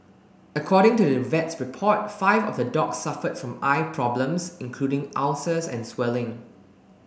according to the vet's report five of the dogs suffered from eye problems including ulcers and swelling